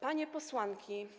Panie Posłanki!